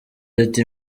ati